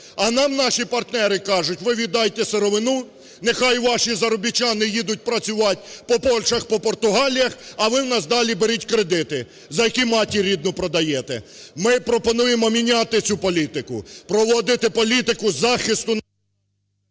А нам наші партнери кажуть, ви віддайте сировину, нехай ваші заробітчани їдуть працювати по Польщах, по Португаліях, а ви в нас далі беріть кредити, за які матір рідну продаєте! Ми пропонуємо міняти цю політику, проводити політику захисту…